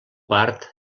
part